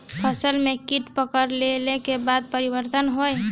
फसल में कीट पकड़ ले के बाद का परिवर्तन होई?